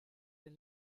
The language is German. den